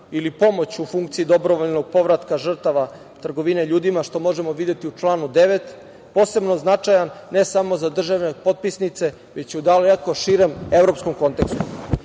ili pomoću funkcije dobrovoljnog povratka žrtava trgovine ljudima, što možemo videti u članu 9. posebno značajan ne samo za države potpisnice, već u daleko širem evropskom